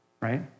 right